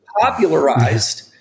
popularized